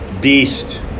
beast